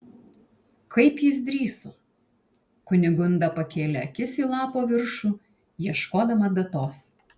kaip jis drįso kunigunda pakėlė akis į lapo viršų ieškodama datos